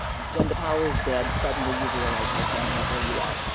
when the power is dead, suddenly you realize how vulnerable you are.